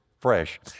fresh